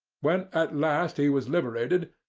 when at last he was liberated,